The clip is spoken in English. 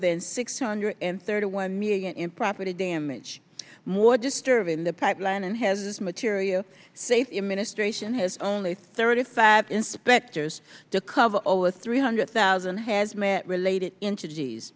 than six hundred thirty one million in property damage more disturbed in the pipeline and has this material safety administration has only thirty five inspectors to cover over three hundred thousand hazmat related entities